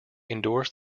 endorsed